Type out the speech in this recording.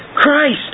Christ